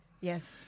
Yes